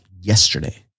yesterday